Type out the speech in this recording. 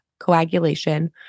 coagulation